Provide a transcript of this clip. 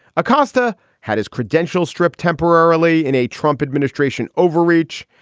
acosta had his credential stripped temporarily in a trump administration overreach.